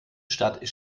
stadt